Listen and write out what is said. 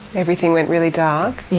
everything went really dark? yeah